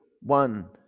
one